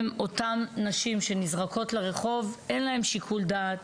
אותן נשים שנזרקות לרחוב, אין להן שיקול דעת,